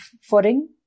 footing